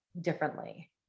differently